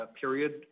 period